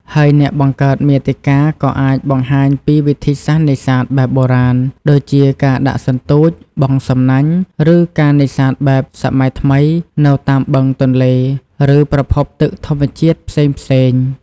ហើយអ្នកបង្កើតមាតិកាក៏អាចបង្ហាញពីវិធីសាស្រ្តនេសាទបែបបុរាណ ដូចជាការដាក់សន្ទូច បង់សំណាញ់ ឬ ការនេសាទបែបសម័យថ្មីនៅតាមបឹង ទន្លេ ឬប្រភពទឹកធម្មជាតិផ្សេងៗ។